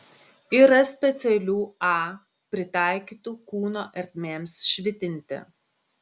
yra specialių a pritaikytų kūno ertmėms švitinti